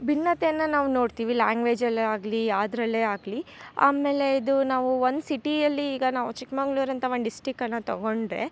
ಭಿನ್ನತೆಯನ್ನು ನಾವು ನೊಡ್ತೀವಿ ಲ್ಯಾಂಗ್ವೇಜಲ್ಲಿ ಆಗಲಿ ಯಾವುದ್ರಲ್ಲೇ ಆಗ್ಲಿ ಆಮೇಲೆ ಇದು ನಾವು ಒನ್ ಸಿಟಿಯಲ್ಲಿ ಈಗ ನಾವು ಚಿಕ್ಕಮಗ್ಳೂರು ಅಂತ ಒಂದು ಡಿಸ್ಟಿಕನ್ನು ತೊಗೊಂಡರೆ